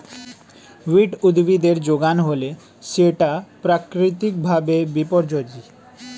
weed উদ্ভিদের যোগান হলে সেটা প্রাকৃতিক ভাবে বিপর্যোজী